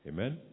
Amen